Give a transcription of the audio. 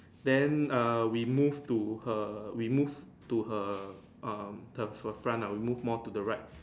then err we move to her we move to her um the her front we move more to the right